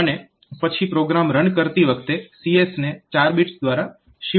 અને પછી program run કરતી વખતે CS ને 4 બિટ્સ દ્વારા શિફ્ટ કરવામાં આવે છે